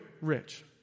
rich